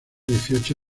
dieciocho